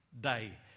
day